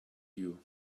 you